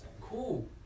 Cool